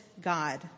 God